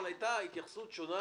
אבל היתה התייחסות שונה